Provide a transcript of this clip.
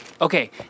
Okay